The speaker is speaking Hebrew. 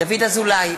דוד אזולאי,